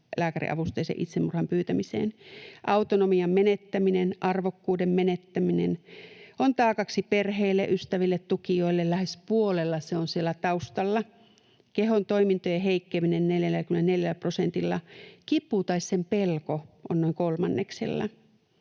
lääkäriavusteisen itsemurhan pyytämiseen. Autonomian menettäminen, arvokkuuden menettäminen. On taakaksi perheelle, ystäville, tukijoille, lähes puolella se on siellä taustalla. Kehon toimintojen heikkeneminen 44 prosentilla. Kipu tai sen pelko on noin kolmanneksella.